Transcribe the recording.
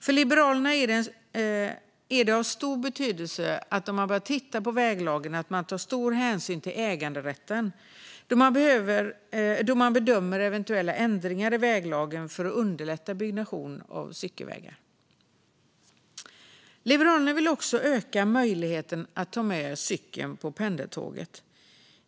För Liberalerna är det av stor betydelse att man tar stor hänsyn till äganderätten då man bedömer eventuella ändringar i väglagen för att underlätta byggnation av cykelvägar. Liberalerna vill också öka möjligheten att ta med cykeln på pendeltåget.